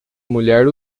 mulher